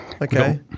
Okay